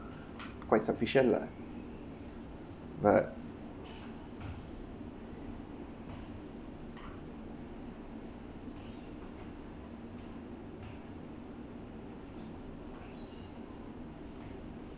quite sufficient lah but